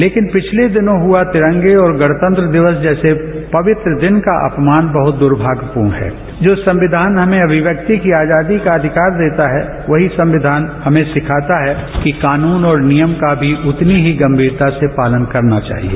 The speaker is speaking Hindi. लेकिन पिछले दिनों हुआ तिरंगे और गणतंत्र दिवस जैसे पवित्र दिन का अपमान बहुत दुर्भाग्यपूर्ण है जो संविधान हमें अभिव्यक्ति की आजादी का अधिकार देता है वही संविधान हमें सिखाता है कि कानून और नियम का भी उतनी ही गंभीरता से पालन करना चाहिए